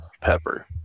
pepper